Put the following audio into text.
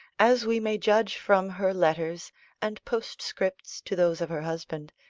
as we may judge from her letters and postscripts to those of her husband,